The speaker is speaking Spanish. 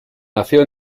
nació